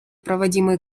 проводимые